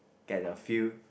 get a few